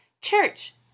Church